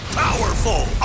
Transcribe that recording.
powerful